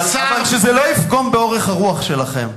אבל שזה לא יפגום באורך הרוח שלכם.